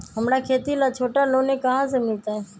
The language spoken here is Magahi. हमरा खेती ला छोटा लोने कहाँ से मिलतै?